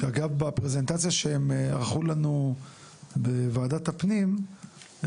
שאגב בפרזנטציה שהם ערכו לנו בוועדת הפנים,